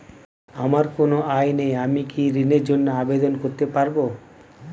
আমার কোনো আয় নেই আমি কি ঋণের জন্য আবেদন করতে পারব?